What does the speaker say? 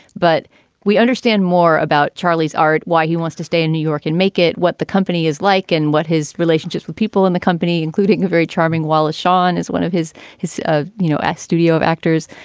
but we understand more about charlie's art, why he wants to stay in new york and make it what the company is like and what his relationships with people in the company, including a very charming wallace shawn is one of his his, you know, as studio of actors.